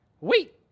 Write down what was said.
Wait